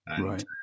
Right